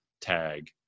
tag